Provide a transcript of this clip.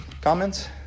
comments